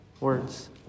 words